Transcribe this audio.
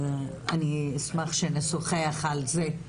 נשמח שנשוחח על הזה.